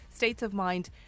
statesofmind